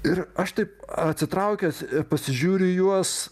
ir aš taip atsitraukęs pasižiūriu į juos